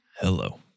Hello